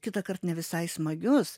kitąkart ne visai smagius